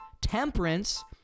temperance